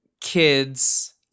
kids